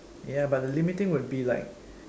ya but the limiting would be like